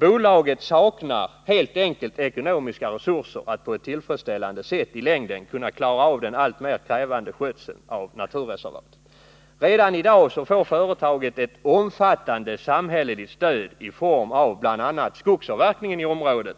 Bolaget saknar helt enkelt ekonomiska resurser för att på ett tillfredsställande sätt i längden kunna klara av den alltmer krävande skötseln av naturreservatet. Redan i dag får företaget ett omfattande samhälleligt stöd genom att bl.a. skogsavverkning i området